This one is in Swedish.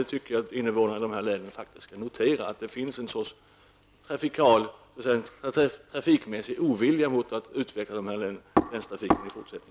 Jag tycker att invånarna i de här länen skall notera att det finns en trafikmässig ovilja mot att utveckla den här länstrafiken.